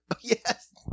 Yes